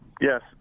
Yes